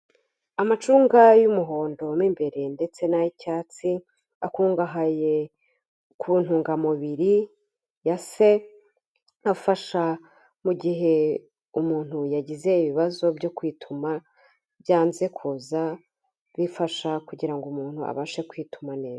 Amacunga y'umuhondo mo imbere ndetse n'ay'icyatsi akungahaye ku ntungamubiri ya se afasha mu gihe umuntu yagize ibibazo byo kwituma byanze kuza bifasha kugira ngo umuntu abashe kwituma neza.